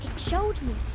showed me!